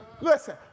Listen